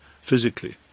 physically